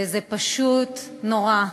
וזה פשוט נורא.